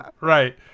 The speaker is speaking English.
Right